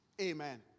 Amen